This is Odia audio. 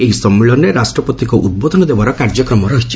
ଏହି ସମ୍ମିଳନୀରେ ରାଷ୍ଟ୍ରପତିଙ୍କ ଉଦ୍ବୋଧନ ଦେବାର କାର୍ଯ୍ୟକ୍ରମ ରହିଛି